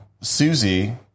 Susie